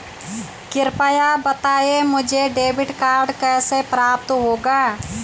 कृपया बताएँ मुझे डेबिट कार्ड कैसे प्राप्त होगा?